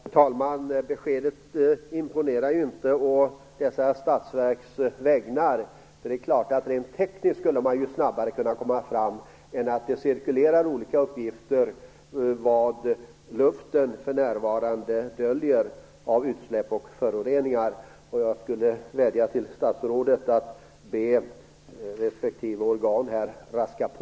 Fru talman! Beskedet imponerar inte när det gäller dessa statsverk. Rent tekniskt skulle man kunna komma fram snabbare. Det cirkulerar nu olika uppgifter om vad luften för närvarande döljer i form av utsläpp och föroreningar. Jag vädjar till statsrådet att hon ber respektive organ att raska på.